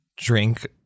drink